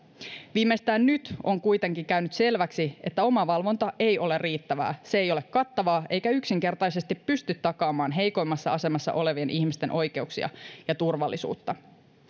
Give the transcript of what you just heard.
viimeistään nyt on kuitenkin käynyt selväksi että omavalvonta ei ole riittävää se ei ole kattavaa eikä yksinkertaisesti pysty takaamaan heikoimmassa asemassa olevien ihmisten oikeuksia ja turvallisuutta